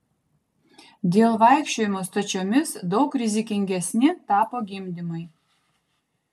dėl vaikščiojimo stačiomis daug rizikingesni tapo gimdymai